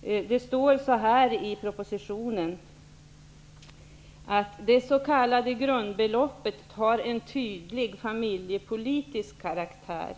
Det står i propositionen att det s.k. grundbeloppet har en tydlig familjepolitisk karaktär.